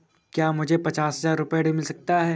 क्या मुझे पचास हजार रूपए ऋण मिल सकता है?